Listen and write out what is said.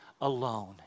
alone